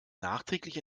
nachträglich